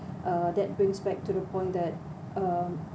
uh that brings back to the point that um